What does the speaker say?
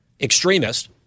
extremist